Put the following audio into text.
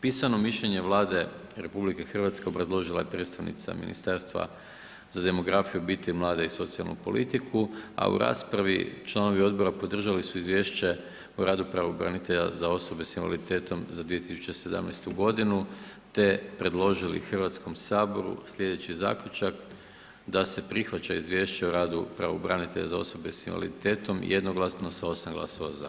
Pisano mišljenje Vlade RH obrazložila je predstavnica Ministarstva za demografiju, obitelj, mlade i socijalnu politiku, a u raspravi članovi odbora podržali su izvješće o radu pravobranitelja za osobe s invaliditetom za 2017. godinu te predložili Hrvatskom saboru sljedeći zaključak: Da se prihvaća izvješće o radu pravobranitelja za osobe s invaliditetom, jednoglasno sa 8 glasova za.